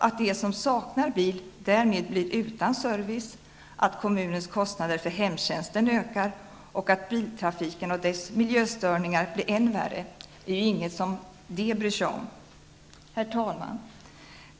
Att de som saknar bil därmed blir utan service, att kommunens kostnader för hemtjänsten ökar och att biltrafiken och dess miljöstörningar blir än värre, är ju inget som de bryr sig om. Herr talman!